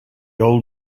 old